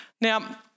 Now